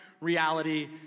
reality